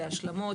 להשלמות,